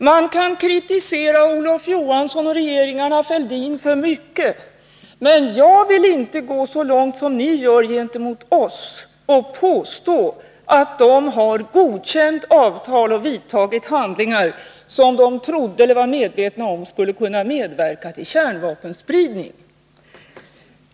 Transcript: Man kan kritisera Olof Johansson och regeringarna Fälldin för mycket, men jag vill inte gå så långt som ni gör gentemot oss och påstå att ni godkände avtal och utförde handlingar som ni var medvetna om skulle medverka till kärnvapenspridning.